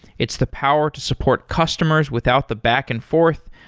it's the power to support customers without the back and forth,